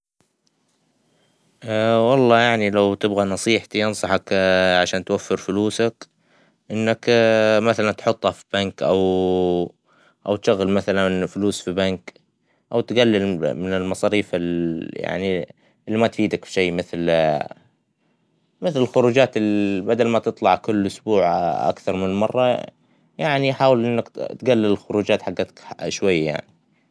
والله يعنى لو تبغى نصيحتى أنصحك علشان توفر فلوسك إنك مثلا تحطها فى بنك أو تشغل مثلاً الفلوس فى بنك ، أو تقلل من المصاريف اللى ما تفيدك فى شى مثل -مثل الخروجات اللى بدل ما تطلع كل أسبوع أكثر من مرة ، يعنى حاول إنك تقلل الخروجات حقك شوى يعنى.